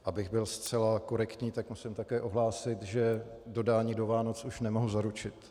Abych byl zcela korektní, tak musím také ohlásit, že dodání do Vánoc už nemohu zaručit.